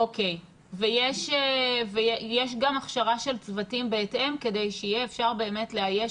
ויש גם הכשרה של צוותים בהתאם כדי שיהיה אפשר לאייש